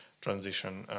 transition